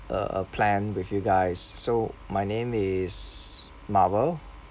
a a plan with you guys so my name is marvel